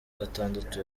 gatandatu